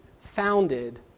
founded